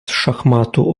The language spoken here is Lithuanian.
šachmatų